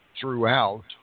throughout